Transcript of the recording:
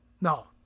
No